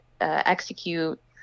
execute